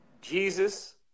Jesus